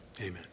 Amen